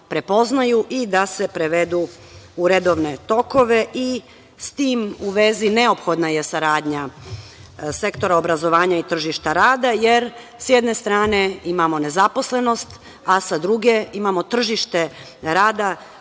prepoznaju i da se prevedu u redovne tokove. S tim u vezi neophodna je saradnja sektora obrazovanja i tržišta rada, jer sa jedne strane imamo nezaposlenost, a sa druge imamo tržište rada